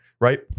right